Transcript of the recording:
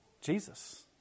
Jesus